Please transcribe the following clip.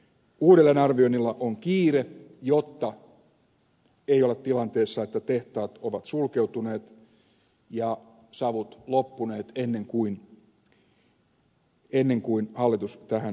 uudelleenarvioinnilla on kiire jotta ei olla tilanteessa että tehtaat ovat sulkeutuneet ja savut loppuneet ennen kuin hallitus tähän reagoi